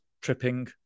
tripping